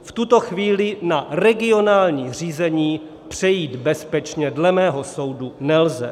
V tuto chvíli na regionální řízení přejít bezpečně dle mého soudu nelze.